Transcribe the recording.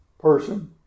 person